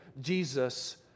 Jesus